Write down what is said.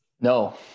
No